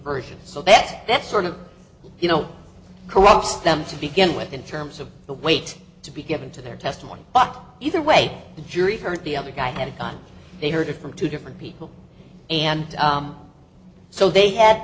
versions so that that sort of you know cost them to begin with in terms of the weight to be given to their testimony but either way the jury heard the other guy had a gun they heard it from two different people and so they had